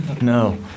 No